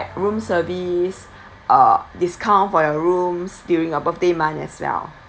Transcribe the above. room service uh discount for your rooms during your birthday month as well